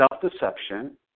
self-deception